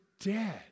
dead